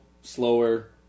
slower